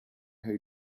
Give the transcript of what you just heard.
who